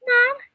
Mom